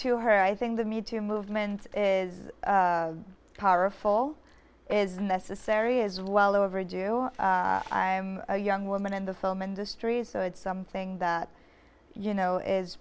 to her i think the me too movement is powerful is necessary as well overdue i'm a young woman in the film industry so it's something that you know is